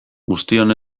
guztion